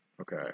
Okay